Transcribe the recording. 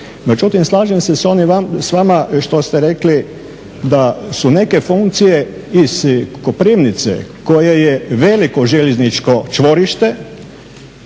Međutim slažem se s vama što ste rekli da su neke funkcije iz Koprivnice koja je veliko željezničko čvorište